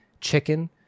chicken